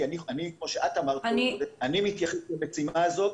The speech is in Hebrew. כי אני מתייחס למשימה הזאת